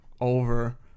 over